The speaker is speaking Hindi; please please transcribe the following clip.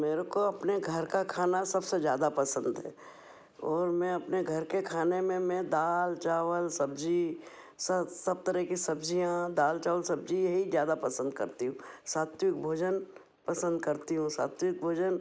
मेरे को अपने घर का खाना सबसे ज़्यादा पसंद है और मैं अपने घर के खाने मे मैं दाल चावल सब्जी सब तरह की सब्जियाँ दाल चावल सब्जी यही ज़्यादा पसंद करती हूँ सात्विक भोजन पसंद करती हूँ सात्विक भोजन